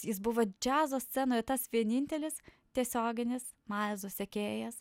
jis buvo džiazo scenoje tas vienintelis tiesioginis mailzo sekėjas